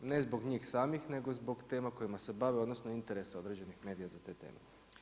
Ne zbog njih samih nego zbog tema kojima se bave, odnosno interesa određenih medija za te teme.